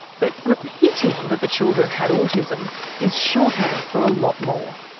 but repeating that the children had autism is shorthand for a lot more.